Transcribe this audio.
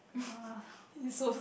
uh